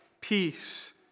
peace